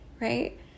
right